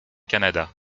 canada